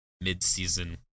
mid-season